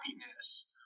happiness